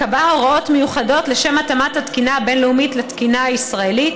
שקבעה הוראות מיוחדות לשם התאמת התקינה הבין-לאומית לתקינה הישראלית.